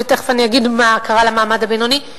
ותיכף אגיד מה קרה למעמד הבינוני.